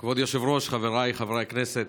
כבוד היושב-ראש, חבריי חברי הכנסת,